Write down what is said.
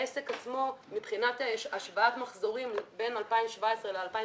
העסק עצמו מבחינת השוואת מחזורים בין 2017 ל-2018,